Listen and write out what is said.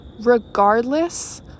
regardless